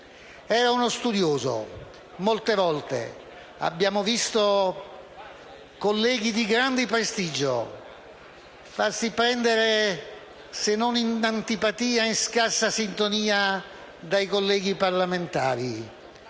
era uno studioso. Molte volte abbiamo visto colleghi di gran prestigio farsi prendere, se non in antipatia, in scarsa sintonia dai colleghi parlamentari